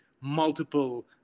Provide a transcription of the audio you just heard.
multiple